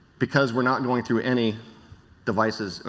because we are not going through any devices,